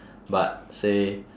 but say